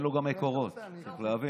אין לו גם מקורות, צריך להבין.